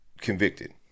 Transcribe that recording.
convicted